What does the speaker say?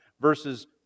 verses